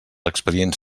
expedients